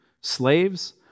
slaves